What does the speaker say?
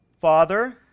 Father